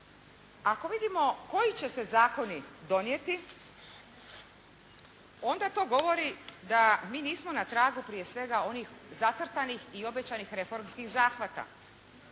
Ako vidimo koji će se zakoni donijeti onda to govori da mi nismo na tragu prije svega onih zacrtanih i obećanih reformskih zahvata.